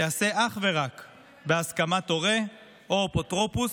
תיעשה אך ורק בהסכמת הורה או אפוטרופוס,